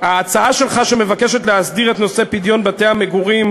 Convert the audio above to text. ההצעה שלך מבקשת להסדיר את נושא פדיון בתי המגורים